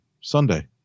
Sunday